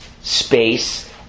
space